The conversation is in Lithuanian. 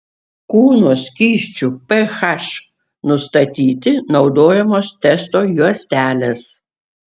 kūno skysčių ph nustatyti naudojamos testo juostelės